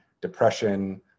depression